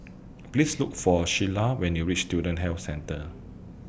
Please Look For Sheilah when YOU REACH Student Health Centre